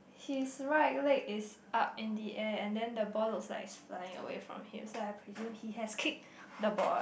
his right leg is up in the air and then the ball looks like is flying away from him so I presume he has kicked the ball